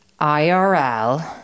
IRL